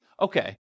okay